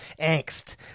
angst